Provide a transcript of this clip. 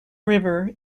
river